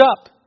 up